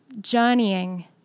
journeying